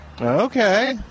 Okay